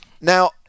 Now